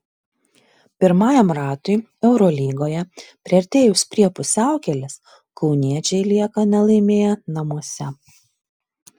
pirmajam ratui eurolygoje priartėjus prie pusiaukelės kauniečiai lieka nelaimėję namuose